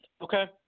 Okay